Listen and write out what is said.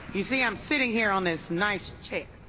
you see i'm sitting here on this nice chair,